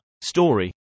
Story